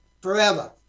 forever